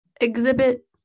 exhibit